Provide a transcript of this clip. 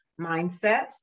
mindset